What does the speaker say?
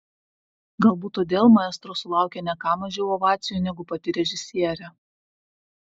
galbūt todėl maestro sulaukė ne ką mažiau ovacijų negu pati režisierė